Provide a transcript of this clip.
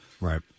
Right